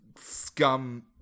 scum